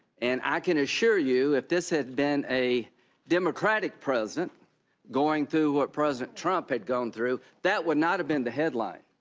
and i can assure you, if this had been a democratic president going through what president trump had gone through, that would not have been the headline.